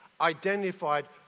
identified